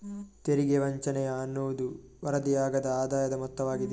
ತೆರಿಗೆ ವಂಚನೆಯ ಅನ್ನುವುದು ವರದಿಯಾಗದ ಆದಾಯದ ಮೊತ್ತವಾಗಿದೆ